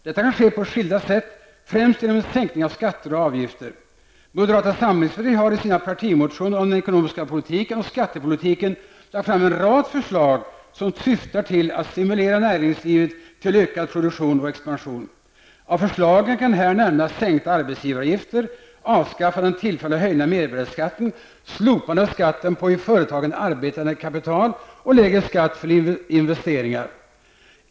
Det kan ske på skilda sätt, främst genom en sänkning av skatter och avgifter. Moderata samlingspartiet har i sina partimotioner om den ekonomiska politiken och skattepolitiken lagt fram en rad förslag, som syftar till att stimulera näringslivet till ökad produktion och expansion. Av förslagen kan här nämnas sänkta arbetsgivaravgifter, avskaffande av den tillfälliga höjningen av mervärdeskatten, slopande av skatten på i företagen arbetande kapital och lägre skatt för investeringar.